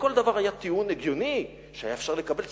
לכל דבר היה טיעון הגיוני, שהיה אפשר לקבל.